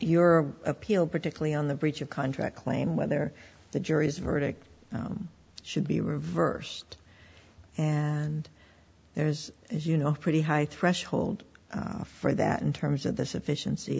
your appeal particularly on the breach of contract claim whether the jury's verdict should be reversed and there's you know pretty high threshold for that in terms of the sufficiency